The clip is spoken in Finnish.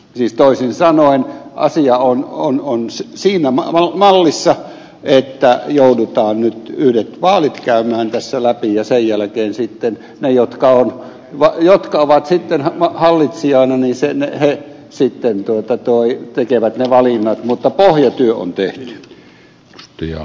siis toisin sanoen asia on siinä mallissa että joudutaan nyt yhdet vaalit käymään tässä läpi ja sen jälkeen sitten ne jotka jatkavat sitten hallitsija nummiselle sitten ovat hallitsijoina tekevät ne valinnat mutta pohjatyö on tehty